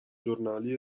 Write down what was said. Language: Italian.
giornali